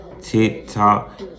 TikTok